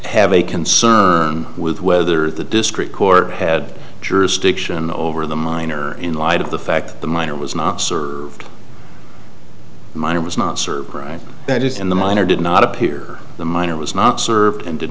have a concern with whether the discreet court had jurisdiction over the minor in light of the fact that the minor was not served minor was not served right that is in the minor did not appear the minor was not served and did